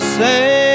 say